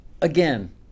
again